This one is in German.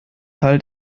halt